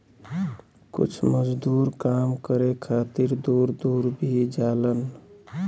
कुछ मजदूर काम करे खातिर दूर दूर भी जालन